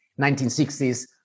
1960s